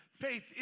faith